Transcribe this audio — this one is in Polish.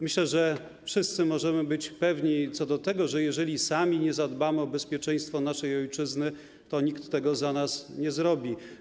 Myślę, że wszyscy możemy być pewni tego, że jeżeli sami nie zadbamy o bezpieczeństwo naszej ojczyzny, to nikt tego za nas nie zrobi.